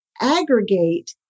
aggregate